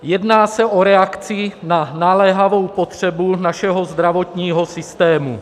Jedná se o reakci na naléhavou potřebu našeho zdravotního systému.